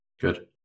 Good